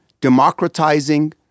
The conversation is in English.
democratizing